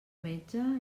metge